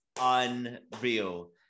unreal